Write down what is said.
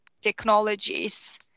technologies